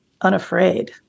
unafraid